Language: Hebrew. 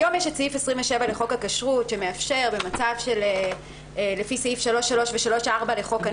היום יש את סעיף 27 לחוק הכשרות שמאפשר לפי סעיף --- לחוק הנוער,